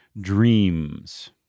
Dreams